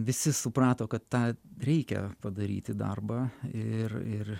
visi suprato kad tą reikia padaryti darbą ir ir